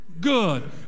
good